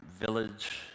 village